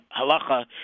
Halacha